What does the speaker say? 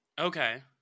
Okay